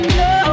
no